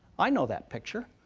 i know that picture,